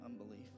unbelief